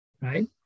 right